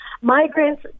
migrants